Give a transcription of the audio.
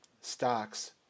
stocks